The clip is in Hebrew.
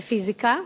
בפיזיקה,